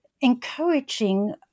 encouraging